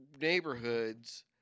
neighborhoods